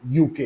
UK